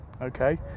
Okay